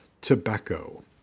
tobacco